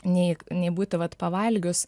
nei nei būti vat pavalgius